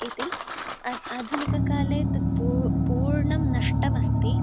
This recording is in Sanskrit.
इति अ आधुनिककाले तत् पू पूर्णं नष्टम् अस्ति